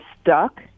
stuck